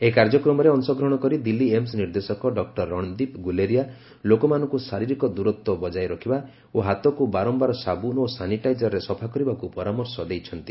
ଏହି କାର୍ଯ୍ୟକ୍ରମରେ ଅଂଶଗ୍ରହଣ କରି ଦିଲ୍ଲୀ ଏମସ୍ ନିର୍ଦ୍ଦେଶକ ଡକୁର ରଣଦୀପ ଗୁଲେରିଆ ଲୋକମାନଙ୍କୁ ଶାରିରୀକ ଦୂରତ୍ୱ ବଜାୟ ରଖିବା ଓ ହାତକୁ ବାରମ୍ଭାର ସାବୁନ ଓ ସାନିଟାଇଜରରେ ସଫା କରିବାକୁ ପରାମର୍ଶ ଦେଇଛନ୍ତି